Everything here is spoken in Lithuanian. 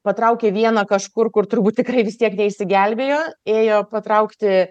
patraukė vieną kažkur kur turbūt tikrai vis tiek neišsigelbėjo ėjo patraukti